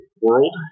World